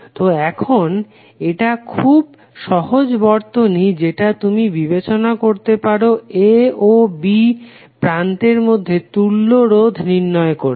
তো এখন এটা খুব সহজ বর্তনী যেটা তুমি বিবেচনা করতে পারো A ও B প্রান্তের মধ্যে তুল্য রোধ নির্ণয় করতে